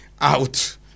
Out